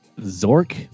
Zork